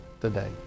today